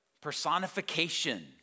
personification